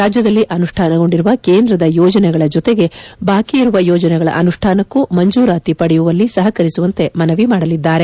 ರಾಜ್ಯದಲ್ಲಿ ಅನುಷ್ಯಾನಗೊಂಡಿರುವ ಕೇಂದ್ರದ ಯೋಜನೆಗಳ ಜೊತೆಗೆ ಬಾಕಿ ಇರುವ ಯೋಜನೆಗಳ ಅನುಷ್ಟಾನಕ್ಕೂ ಮೂಜೂರಾತಿ ಪಡೆಯುವಲ್ಲಿ ಸಹಕರಿಸುವಂತೆ ಮನವಿ ಮಾಡಲಿದ್ದಾರೆ